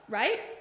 right